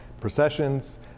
processions